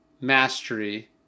mastery